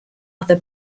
other